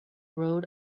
road